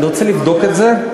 אני רוצה לבדוק את זה.